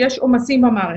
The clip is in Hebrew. כשיש עומסים במערכת,